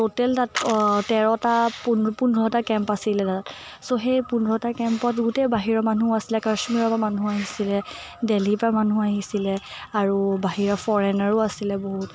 total তাত তেৰটা পোন্ধ পোন্ধৰটা কেম্প আছিলে তাত ছ' সেই পোন্ধৰটা কেম্পত গোটেই বাহিৰৰ মানুহো আছিলে কাশ্মীৰৰ পৰা মানুহ আহিছিলে দিল্লীৰ পৰা মানুহ আহিছিলে আৰু বাহিৰৰ ফ'ৰেনাৰো আছিলে বহুত